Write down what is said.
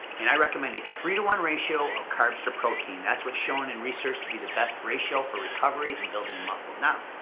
and i recommend a three to one ratio of carbs to protein. that's what's shown in research to be the best ratio for recovery and building muscle. now,